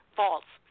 false